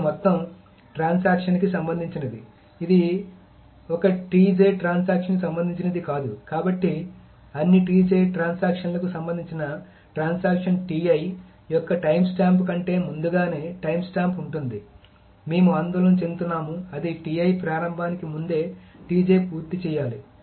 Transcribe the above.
ఇది మొత్తం ట్రాన్సాక్షన్ కి సంబంధించినది ఇది ఒక్క ట్రాన్సాక్షన్ కి సంబంధించినది కాదు కాబట్టి అన్ని ట్రాన్సాక్షన్ లకు సంబంధించిన ట్రాన్సాక్షన్ యొక్క టైమ్స్టాంప్ కంటే ముందుగానే టైమ్స్టాంప్ ఉంటుంది మేము ఆందోళన చెందుతున్నాము అది ప్రారంభానికి ముందే పూర్తి చేయాలి